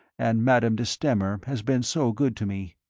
and madame de stamer has been so good to me.